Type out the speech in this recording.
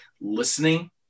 listening